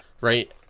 right